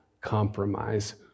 compromise